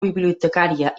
bibliotecària